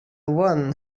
one